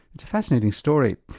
it's a fascinating story.